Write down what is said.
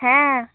ᱦᱮᱸ